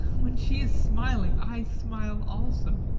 when she is smiling, i smile also.